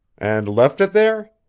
and left it there?